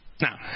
Now